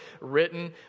written